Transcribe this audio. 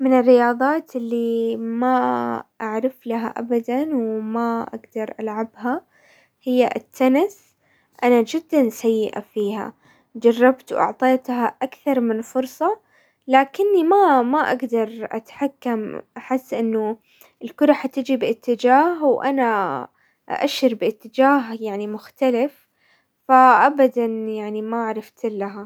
من الرياضات اللي ما اعرف لها ابدا وما اقدر العبها هي التنس. انا جدا سيئة فيها، جربت واعطيتها اكثر من فرصة، لكني ما-ما اقدر اتحكم، حاسة انه الكرة حتجي باتجاه وانا ااشر باتجاه يعني مختلف ابدا يعني ما عرفت لها.